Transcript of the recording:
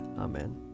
Amen